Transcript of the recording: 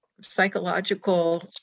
psychological